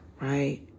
right